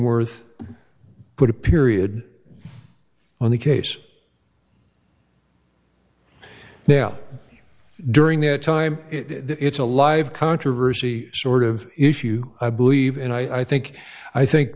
worth put a period on the case now during that time that it's a live controversy sort of issue i believe and i think i think